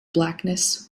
blackness